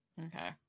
Okay